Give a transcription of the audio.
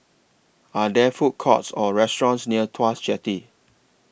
Are There Food Courts Or restaurants near Tuas Jetty